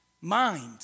mind